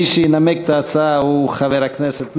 מי שינמק את ההצעה הוא חבר הכנסת מרגי.